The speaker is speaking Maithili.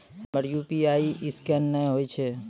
हमर यु.पी.आई ईसकेन नेय हो या?